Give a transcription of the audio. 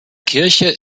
kirche